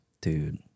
Dude